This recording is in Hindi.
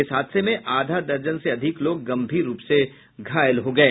इस हादसे में आधा दर्जन से अधिक लोग गंभीर रूप से घायल हो गये